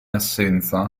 assenza